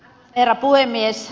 herra puhemies